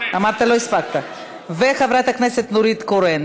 מפלגה ויועץ פרלמנטרי), התשע"ו 2016,